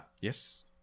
Yes